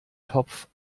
topf